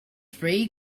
free